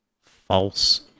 false